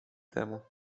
temu